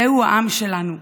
זה העם שלנו,